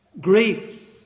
grief